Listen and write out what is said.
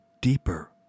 deeper